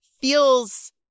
feels